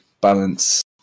balance